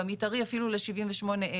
במתארי אפילו ל-78,000.